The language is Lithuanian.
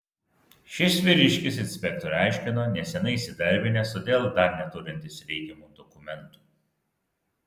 šis vyriškis inspektorei aiškino neseniai įsidarbinęs todėl dar neturintis reikiamų dokumentų